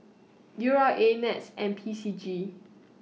U R A Nets and P C G